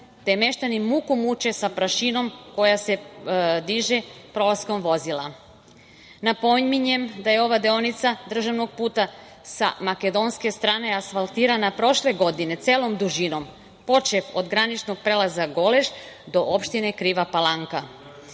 te meštani muku muče sa prašinom, koja se diže prolaskom vozila. Napominjem da je ova deonica državnog puta sa makedonske strane asfaltirana prošle godine celom dužinom počev od graničnog prelaza Goleš do opštine Kriva Palanka.